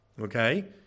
okay